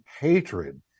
hatred